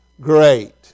Great